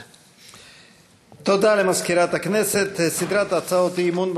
מאת חברי הכנסת רועי פולקמן,